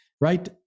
Right